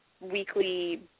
weekly